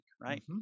right